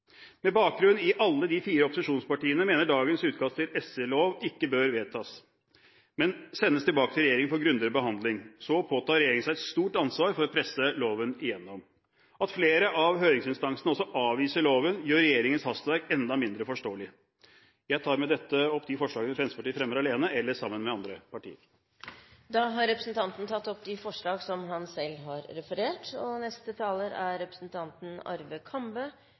Med bakgrunn i at alle de fire opposisjonspartiene mener dagens utkast til SI-lov ikke bør vedtas, men sendes tilbake til regjeringen for grundigere behandling, påtar regjeringen seg et stort ansvar ved å presse loven gjennom. At flere av høringsinstansene også avviser loven, gjør regjeringens hastverk enda mindre forståelig. Jeg tar med dette opp de forslagene Fremskrittspartiet fremmer alene eller sammen med andre partier. Representanten Christian Tybring-Gjedde har tatt opp de forslagene han refererte til. Høyre er av den oppfatning at denne proposisjonen mangler vesentlige drøftinger, og